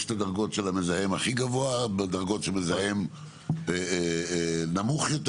יש את הדרגות של המזהם הכי גבוה ודרגות של מזהם נמוך יותר.